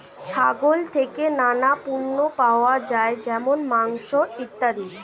ছাগল থেকে নানা পণ্য পাওয়া যায় যেমন মাংস, ইত্যাদি